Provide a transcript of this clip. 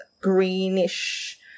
greenish